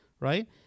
right